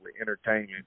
entertainment